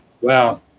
wow